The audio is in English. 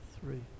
three